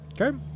Okay